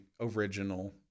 original